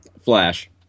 Flash